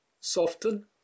soften